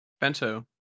bento